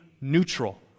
neutral